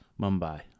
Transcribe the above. Mumbai